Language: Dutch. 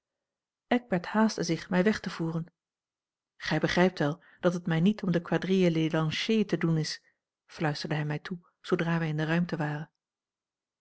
eckbert haastte zich mij weg te voeren gij begrijpt wel dat het mij niet om de quadrille des lanciers te doen is fluisterde hij mij toe zoodra wij in de ruimte waren